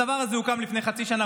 הדבר הזה הוקם לפני חצי שנה,